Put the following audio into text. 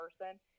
person